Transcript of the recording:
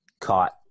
caught